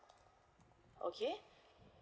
okay